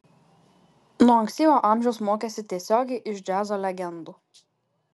nuo ankstyvo amžiaus mokėsi tiesiogiai iš džiazo legendų